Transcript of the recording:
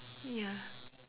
ya